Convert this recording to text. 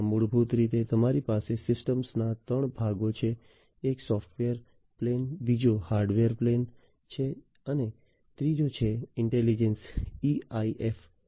આમાં મૂળભૂત રીતે તમારી પાસે સિસ્ટમ ના 3 ભાગો છે એક સોફ્ટવેર પ્લેન બીજો હાર્ડવેર છે અને ત્રીજો છે ઇન્ટેલિજન્સ EIF